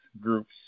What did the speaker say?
groups